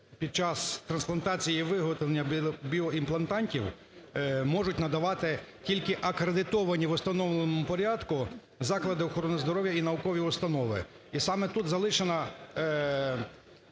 під час трансплантації і виготовленнябіоімплантатів можуть надавати тільки акредитовані в установленому порядку заклади охорони здоров'я і наукові установи. І саме тут залишена